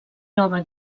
nova